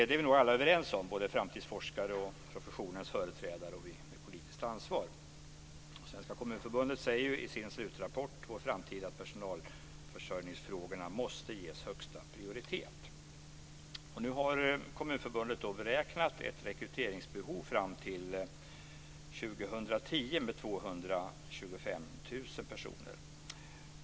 Det är vi nog alla överens om - både framtidsforskare, professionens företrädare och vi med politiskt ansvar. Svenska Kommunförbundet säger i sin slutrapport om vår framtid att personalförsörjningsfrågorna måste ges högsta prioritet. Nu har Kommunförbundet beräknat ett rekryteringsbehov fram till år 2010 av 225 000 personer.